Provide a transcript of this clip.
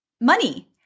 money